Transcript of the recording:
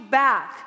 back